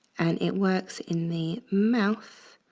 and it works in the mouth